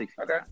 Okay